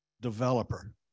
developer